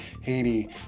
Haiti